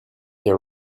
the